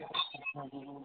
हम्म